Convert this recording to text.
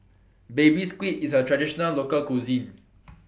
Baby Squid IS A Traditional Local Cuisine